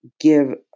give